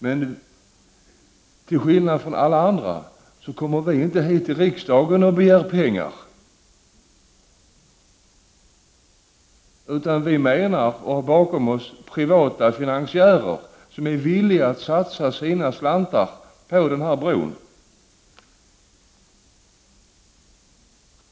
Men till skillnad från alla andra kommer vi inte hit till riksdagen och begär pengar, utan vi har bakom oss privata finansiärer som är villiga att satsa sina slantar på en bro.